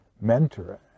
mentor